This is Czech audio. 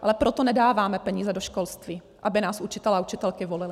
Ale proto nedáváme peníze do školství, aby nás učitelé a učitelky volili.